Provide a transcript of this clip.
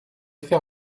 fait